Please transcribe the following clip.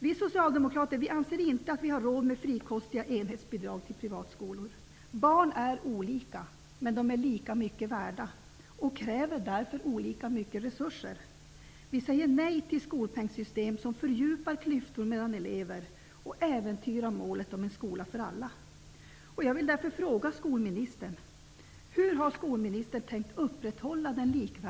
Vi socialdemokrater anser inte att vi har råd med frikostiga enhetsbidrag till privatskolor. Barn är olika. Men de är lika mycket värda och kräver därför olika mycket av resurser. Vi säger nej till skolpengssystem som fördjupar klyftor mellan elever och som äventyrar målet om en skola för alla. Herr talman!